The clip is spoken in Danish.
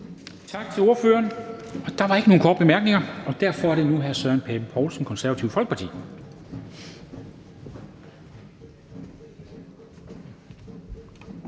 Tak til ordføreren. Der var ikke nogen korte bemærkninger, og derfor er det nu hr. Søren Pape Poulsen, Det Konservative Folkeparti.